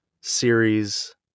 series